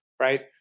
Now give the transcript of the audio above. Right